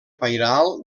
pairal